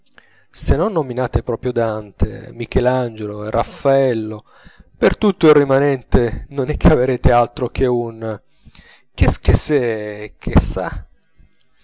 se non nominate proprio dante michelangelo e raffaello per tutto il rimanente non ne caverete altro che un qu'est ce que